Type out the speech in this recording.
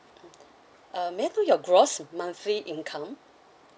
uh may I know your gross monthly income